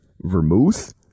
Vermouth